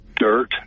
Dirt